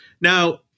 Now